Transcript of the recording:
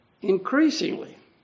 Increasingly